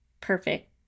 perfect